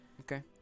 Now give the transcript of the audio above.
Okay